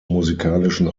musikalischen